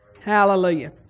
Hallelujah